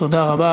תודה רבה.